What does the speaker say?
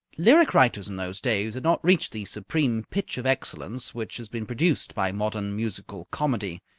lyric writers in those days had not reached the supreme pitch of excellence which has been produced by modern musical comedy.